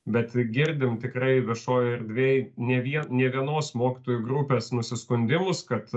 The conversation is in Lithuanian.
bet girdim tikrai viešoj erdvėj ne vie ne vienos mokytojų grupės nusiskundimus kad